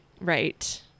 Right